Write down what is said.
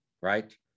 right